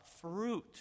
fruit